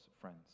friends